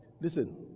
Listen